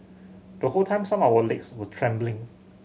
the whole time some of our legs were trembling